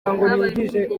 habayeho